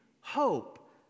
hope